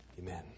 Amen